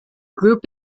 group